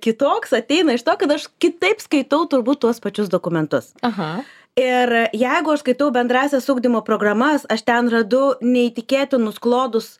kitoks ateina iš to kad aš kitaip skaitau turbūt tuos pačius dokumentus aha ir jeigu aš skaitau bendrąsias ugdymo programas aš ten radau neįtikėtinus klodus